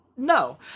No